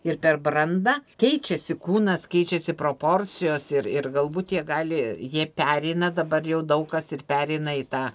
ir per brandą keičiasi kūnas keičiasi proporcijos ir ir galbūt jie gali jie pereina dabar jau daug kas ir pereina į tą